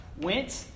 went